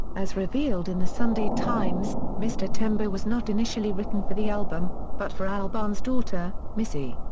as revealed in the sunday times, mr tembo was not initially written for the album, but for albarn's daughter, missy.